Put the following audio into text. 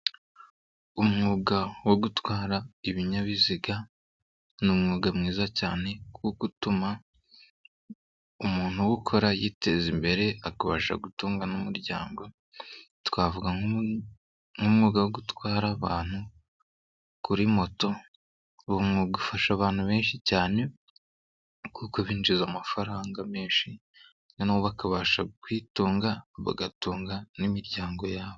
Umwuga wo gutwara ibinyabiziga ni umwuga mwiza cyane kuko utuma umuntu uwukora yiteza imbere akabasha gutunga n'umuryango, twavuga nk'umwuga wo gutwara abantu kuri moto uwo mwuga ufasha abantu benshi cyane kuko binjiza amafaranga menshi noneho bakabasha kwitunga bagatunga n'imiryango yabo.